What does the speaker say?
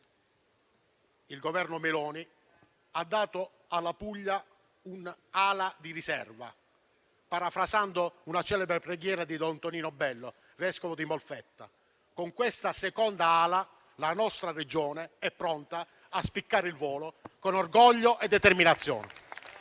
il Governo Meloni ha dato alla Puglia un'ala di riserva. Parafrasando una celebre preghiera di don Tonino Bello, vescovo di Molfetta, con questa seconda ala la nostra Regione è pronta a spiccare il volo con orgoglio e determinazione.